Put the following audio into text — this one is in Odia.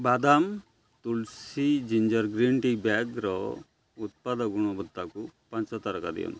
ବାଦାମ ତୁଳସୀ ଜିଞ୍ଜର୍ ଗ୍ରୀନ୍ ଟି ବ୍ୟାଗ୍ର ଉତ୍ପାଦ ଗୁଣବତ୍ତାକୁ ପାଞ୍ଚ ତାରକା ଦିଅନ୍ତୁ